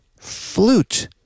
flute